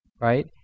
right